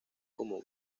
como